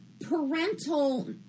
parental